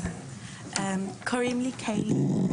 קוראים לי קיילי,